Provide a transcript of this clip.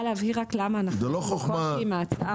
להבהיר רק למה אנחנו בטוחות עם ההצעה.